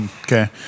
Okay